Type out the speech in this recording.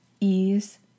ease